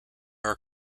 are